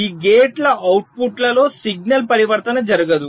ఈ గేట్ ల అవుట్పుట్లో సిగ్నల్ పరివర్తన జరగదు